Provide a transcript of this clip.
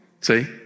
See